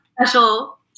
special